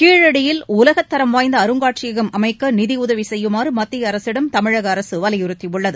கீழடியில் உலகத்தரம் வாய்ந்த அருங்காட்சியகம் அமைக்க நிதியுதவி செய்யுமாறு மத்திய அரசிடம் தமிழக அரசு வலியுறுத்தியுள்ளது